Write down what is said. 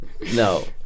No